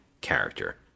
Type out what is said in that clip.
character